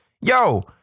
yo